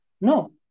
no